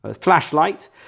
flashlight